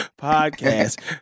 podcast